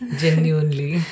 genuinely